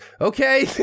okay